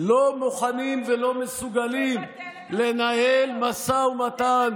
לא מוכנים ולא מסוגלים לנהל משא ומתן,